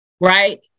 right